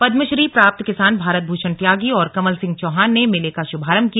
पदमश्री प्राप्त किसान भारत भूषण त्यागी और कवल सिंह चौहान ने मेले का शुभारंभ किया